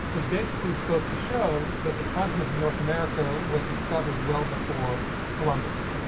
was basically supposed to show that the continent of north america was discovered well before columbus.